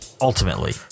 ultimately